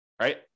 right